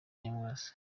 nyamwasa